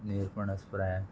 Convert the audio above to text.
निरपणस फ्राय